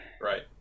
Right